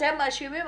את רצינית?